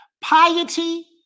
piety